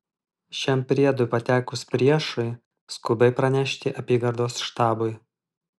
šiam priedui patekus priešui skubiai pranešti apygardos štabui